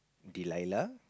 Dlaila